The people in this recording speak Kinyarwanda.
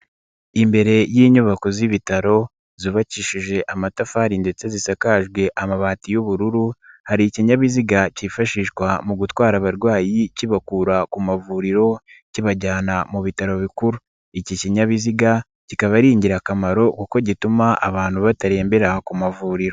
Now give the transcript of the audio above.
Imbere y'inyubako z'ibitaro zubakishije amatafari ndetse zisakajwe amabati y'ubururu hari ikinyabiziga kifashishwa mu gutwara abarwayi kibakura ku mavuriro kibajyana mu bitaro bikuru, iki kinyabiziga kikaba ari ingirakamaro kuko gituma abantu batarembera ku mavuriro.